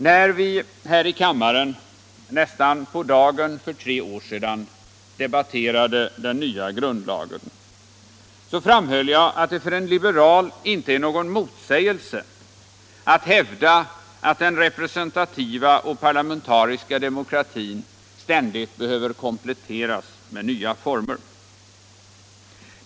När vi här i kammaren nästan på dagen för tre år sedan debatterade den nya grundlagen framhöll jag att det för en liberal inte är någon motsägelse att hävda att den representativa och parlamentariska demokratin ständigt behöver kompletteras med nya former.